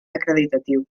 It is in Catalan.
acreditatiu